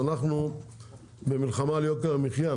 אנחנו במלחמה על יוקר המחייה,